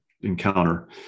encounter